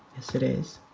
yes, it is.